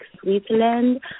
Switzerland